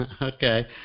Okay